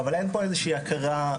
אין פה איזושהי הכרה,